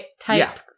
type